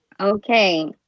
Okay